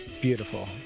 beautiful